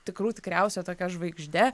tikrų tikriausia tokia žvaigžde